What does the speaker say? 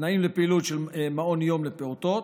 (תנאים לפעילות של מעון יום לפעוטות)